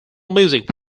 music